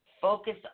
focus